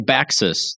Baxis